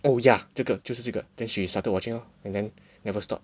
oh ya 这个就是这个 then she started watching lor and then never stop